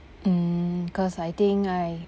mm cause I think I